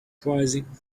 uprising